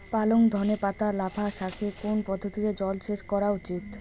পালং ধনে পাতা লাফা শাকে কোন পদ্ধতিতে জল সেচ করা উচিৎ?